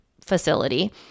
facility